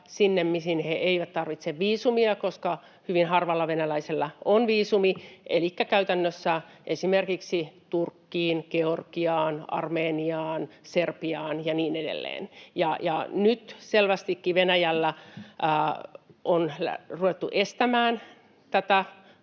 sinne, mihin he eivät tarvitse viisumia, koska hyvin harvalla venäläisellä on viisumi, elikkä käytännössä esimerkiksi Turkkiin, Georgiaan, Armeniaan, Serbiaan ja niin edelleen. [Eva Biaudet: Se on hyvä asia!] Nyt selvästikin Venäjällä on ruvettu estämään tätä